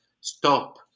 stop